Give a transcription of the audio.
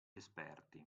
esperti